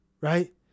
Right